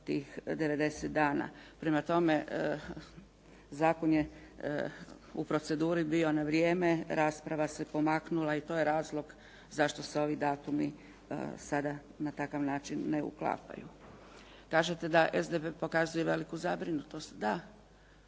tih 90 dana. Prema tome, zakon je u proceduri bio na vrijeme, rasprava se pomaknula i to je razlog zašto se ovi datumi sada na takav način ne uklapaju. Kažete da SDP pokazuje veliku zabrinutost. Da,